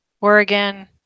Oregon